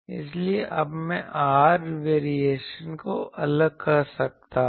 इसलिए अब मैं r वेरिएशन को अलग कर सकता हूं